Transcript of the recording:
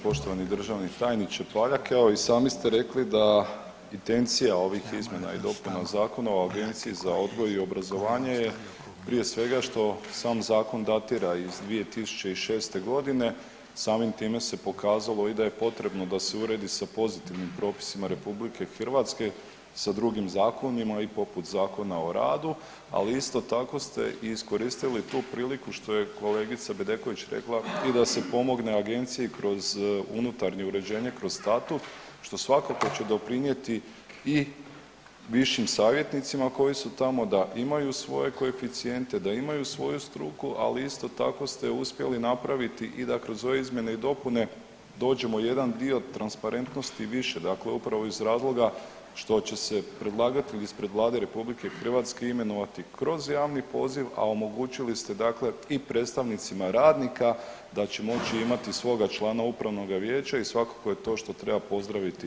Poštovani državni tajniče Paljak, evo i sami ste rekli da intencija ovih izmjena i dopuna Zakona o Agenciji za odgoj i obrazovanje je prije svega što sam zakon datira iz 2006.g. samim time se pokazalo i da je potrebno da se uredi sa pozitivnim propisima RH sa drugim zakonima poput Zakona o radu, ali isto tako ste iskoristili tu priliku što je kolegica Bedeković rekla i sa da pomogne agenciji kroz unutarnje uređenje, kroz statut što svakako će doprinijeti i višim savjetnicima koji su tamo da imaju svoje koeficijente, da imaju svoju struku, ali isto tako ste uspjeli napraviti i da kroz ove izmjene i dopune dođemo u jedan dio transparentnosti više, dakle upravo iz razloga što će se predlagatelj ispred Vlade RH kroz javni poziv, a omogućili ste i predstavnicima radnika da će moći imati svoga člana upravnoga vijeća i svakako je to što treba pozdraviti i podržati.